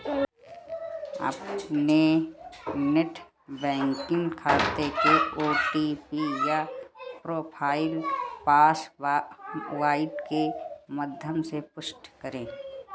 अपने net banking खाते के ओ.टी.पी या प्रोफाइल पासवर्ड के माध्यम से पुष्टि करें